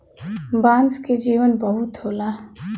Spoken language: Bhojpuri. बांस के जीवन बहुत होला